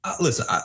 Listen